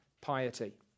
piety